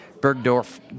bergdorf